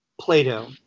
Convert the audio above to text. Plato